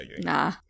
Nah